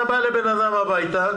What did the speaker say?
אתה בא לאדם הביתה